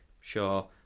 Sure